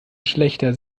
schlächter